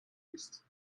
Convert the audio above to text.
ist